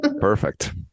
Perfect